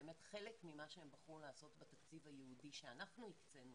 באמת חלק ממה שהם בחרו לעשות בתקציב הייעודי שאנחנו הקצינו